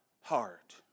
heart